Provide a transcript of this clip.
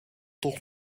toch